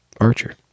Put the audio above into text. Archer